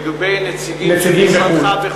לגבי נציגים של משרדך בחו"ל,